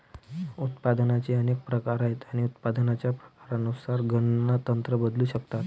उत्पादनाचे अनेक प्रकार आहेत आणि उत्पादनाच्या प्रकारानुसार गणना तंत्र बदलू शकतात